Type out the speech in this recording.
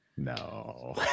No